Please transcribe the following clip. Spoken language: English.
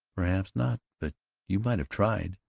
perhaps not. but you might have tried!